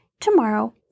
Tomorrow